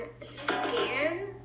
scan